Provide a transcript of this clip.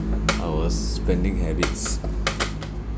our spending habits